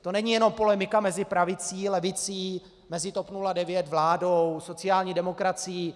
To není jenom polemika mezi pravicí, levicí, mezi TOP 09, vládou, sociální demokracií.